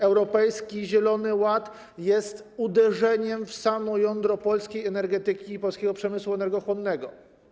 Europejski Zielony Ład jest uderzeniem w samo jądro polskiej energetyki i polskiego przemysłu energochłonnego.